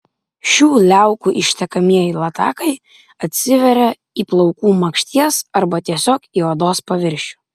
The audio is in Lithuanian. šių liaukų ištekamieji latakai atsiveria į plaukų makšties arba tiesiog į odos paviršių